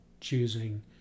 choosing